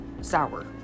sour